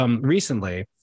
recently